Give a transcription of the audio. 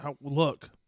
Look